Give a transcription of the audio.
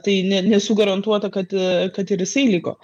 tai ne nesu garantuota kad kad ir jisai liko